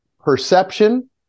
perception